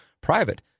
private